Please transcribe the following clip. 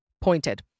pointed